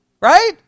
right